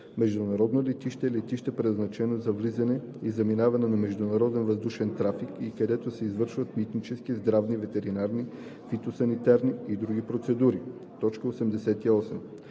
„Международно летище“ е летище, предназначено за влизане и заминаване на международен въздушен трафик и където се извършват митнически, здравни, ветеринарни, фитосанитарни и други процедури. 88.